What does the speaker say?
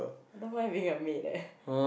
I don't mind being a maid eh